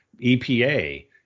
EPA